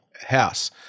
house